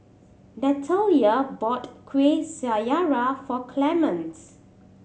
Natalya bought Kueh Syara for Clemente